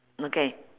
okay